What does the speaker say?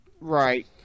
right